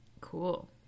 cool